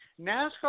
NASCAR